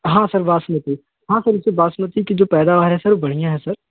हाँ सर बासमती हाँ सर वैसे बासमती की जो पैदावार है सर बढ़िया है सर